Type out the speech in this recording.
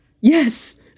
Yes